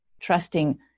trusting